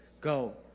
Go